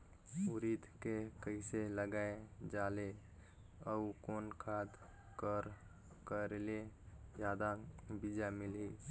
उरीद के कइसे लगाय जाले अउ कोन खाद कर करेले जादा बीजा मिलही?